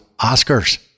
oscars